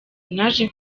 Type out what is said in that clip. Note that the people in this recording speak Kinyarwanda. naje